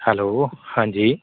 hello ਹਾਂਜੀ